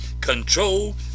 control